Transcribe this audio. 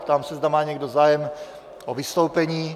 Ptám se, zda má někdo zájem o vystoupení?